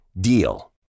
DEAL